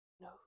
no